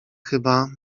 chyba